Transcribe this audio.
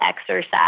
exercise